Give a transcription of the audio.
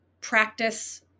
practice